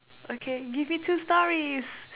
okay give me two stories